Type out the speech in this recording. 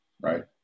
right